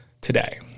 today